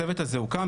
הצוות הזה הוקם,